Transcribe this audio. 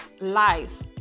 life